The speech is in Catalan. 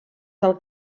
del